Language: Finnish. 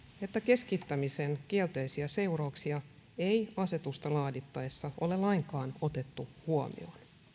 että keskittämisen kielteisiä seurauksia ei asetusta laadittaessa ole lainkaan otettu huomioon